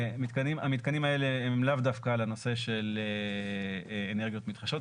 המתקנים האלה הם לאו דווקא לנושא של אנרגיות מתחדשות.